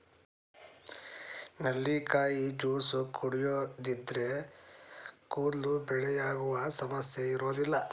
ನೆಲ್ಲಿಕಾಯಿ ಜ್ಯೂಸ್ ಕುಡಿಯೋದ್ರಿಂದ ಕೂದಲು ಬಿಳಿಯಾಗುವ ಸಮಸ್ಯೆ ಇರೋದಿಲ್ಲ